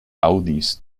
aŭdis